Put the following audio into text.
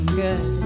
good